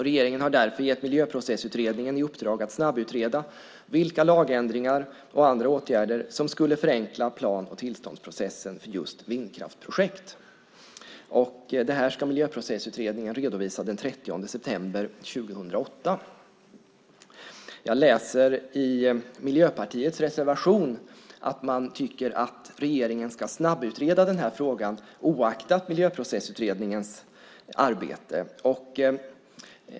Regeringen har därför gett Miljöprocessutredningen i uppdrag att snabbutreda vilka lagändringar och andra åtgärder som skulle förenkla plan och tillståndsprocessen för just vindkraftsprojekt. Det här ska Miljöprocessutredningen redovisa den 30 september 2008. Jag läser i Miljöpartiets reservation att man tycker att regeringen ska snabbutreda frågan oaktat Miljöprocessutredningens arbete.